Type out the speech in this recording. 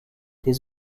des